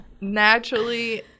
naturally